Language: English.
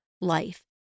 life